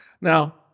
Now